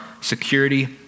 security